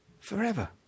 forever